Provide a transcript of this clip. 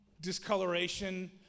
discoloration